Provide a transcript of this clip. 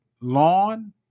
lawn